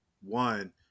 one